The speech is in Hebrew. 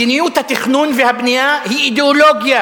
מדיניות התכנון והבנייה היא אידיאולוגיה,